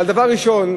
אבל דבר ראשון,